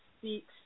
speaks